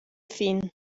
fin